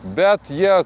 bet jie